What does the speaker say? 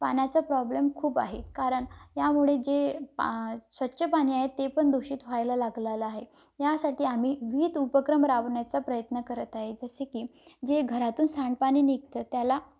पाण्याचा प्रॉब्लेम खूप आहे कारण यामुळे जे पा स्वच्छ पाणी आहे ते पण दूषित व्हायला लागलेलं आहे यासाठी आम्ही विविध उपक्रम राबवण्याचा प्रयत्न करत आहे जसे की जे घरातून सांडपाणी निघतं त्याला